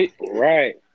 right